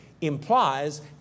implies